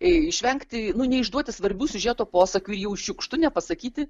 išvengti neišduoti svarbių siužeto posakių ir jau šiukštu nepasakyti